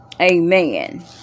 Amen